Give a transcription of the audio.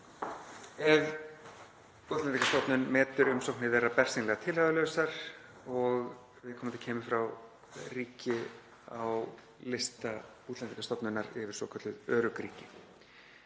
ef Útlendingastofnun metur umsóknir þeirra bersýnilega tilhæfulausar og viðkomandi kemur frá ríki á lista Útlendingastofnunar yfir svokölluð örugg ríki.